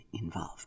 involved